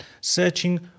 searching